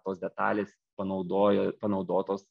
tos detalės panaudojo panaudotos